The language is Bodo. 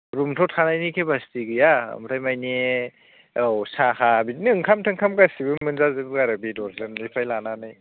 रुमथ' थानायनि केपासिटि गैया ओमफ्राय माने औ साहा बिदिनो ओंखाम थोंखाम गासैबो मोनजाजोबो आरो बेदरजोंनिफ्राय लानानै